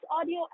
audio